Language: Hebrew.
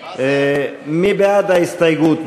הסתייגות, מי בעד ההסתייגות?